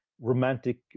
romantic